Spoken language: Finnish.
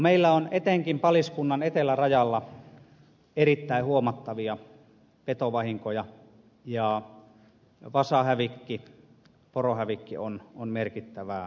meillä on etenkin paliskunnan etelärajalla erittäin huomattavia petovahinkoja ja vasahävikki porohävikki on merkittävää